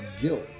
guilt